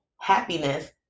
happiness